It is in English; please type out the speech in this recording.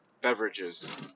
beverages